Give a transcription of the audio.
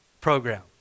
program